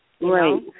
Right